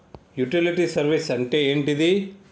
Utility service అంటే ఏంటిది?